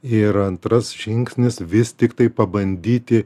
ir antras žingsnis vis tiktai pabandyti